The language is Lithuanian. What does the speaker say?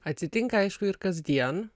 atsitinka aišku ir kasdien